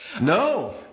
No